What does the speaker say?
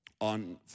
on